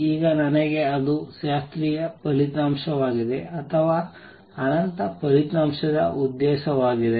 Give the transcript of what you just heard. ಈಗ ನನಗೆ ಅದು ಶಾಸ್ತ್ರೀಯ ಫಲಿತಾಂಶವಾಗಿದೆ ಅಥವಾ ಅನಂತ ಫಲಿತಾಂಶದ ಉದ್ದೇಶವಾಗಿದೆ